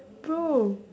bro